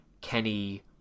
Kenny